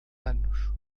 anos